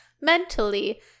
mentally